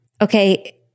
Okay